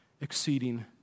exceeding